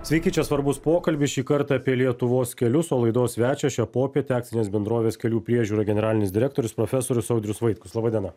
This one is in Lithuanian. sveiki čia svarbus pokalbis šį kartą apie lietuvos kelius o laidos svečias šią popietę akcinės bendrovės kelių priežiūra generalinis direktorius profesorius audrius vaitkus laba diena